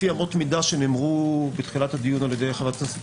לפי אמות מידה שנאמרו בתחילת הדיון על-ידי חברת הכנסת